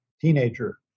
teenager